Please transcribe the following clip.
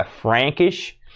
Frankish